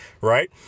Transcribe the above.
right